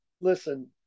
listen